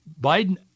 Biden